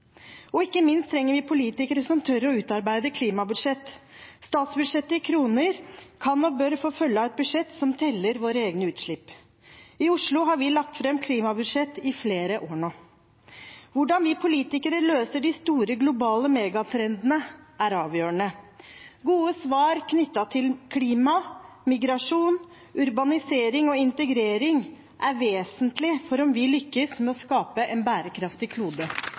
pst. Ikke minst trenger vi politikere som tør å utarbeide klimabudsjett. Statsbudsjettet i kroner kan og bør få følge av et budsjett som teller våre egne utslipp. I Oslo har vi lagt fram klimabudsjett i flere år nå. Hvordan vi politikere løser de store globale megatrendene, er avgjørende. Gode svar knyttet til klima, migrasjon, urbanisering og integrering er vesentlig for om vi lykkes med å skape en bærekraftig klode.